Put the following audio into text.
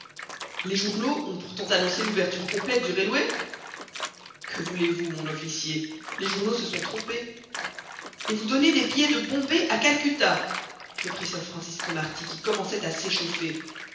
les journaux ont pourtant annoncé l'ouverture complète du railway que voulez-vous mon officier les journaux se sont trompés et vous donnez des billets de bombay à calcutta reprit sir francis cromarty qui commençait à s'échauffer